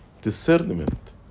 discernment